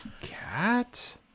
cat